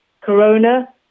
corona